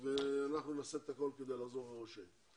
ואנחנו נעשה הכול כדי לעזור לראש העיר.